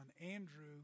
Andrew